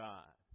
God